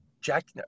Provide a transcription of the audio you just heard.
Jack